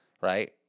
right